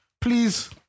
please